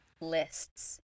lists